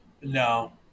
No